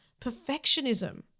perfectionism